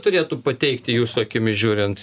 turėtų pateikti jūsų akimis žiūrint